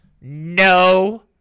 no